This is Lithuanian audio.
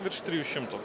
virš trijų šimtų